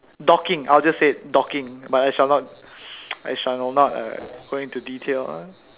docking I'll just say docking but I shall not I shall not uh go into details